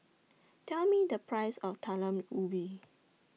Tell Me The Price of Talam Ubi